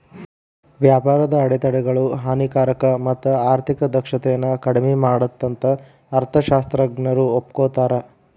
ವ್ಯಾಪಾರದ ಅಡೆತಡೆಗಳು ಹಾನಿಕಾರಕ ಮತ್ತ ಆರ್ಥಿಕ ದಕ್ಷತೆನ ಕಡ್ಮಿ ಮಾಡತ್ತಂತ ಅರ್ಥಶಾಸ್ತ್ರಜ್ಞರು ಒಪ್ಕೋತಾರ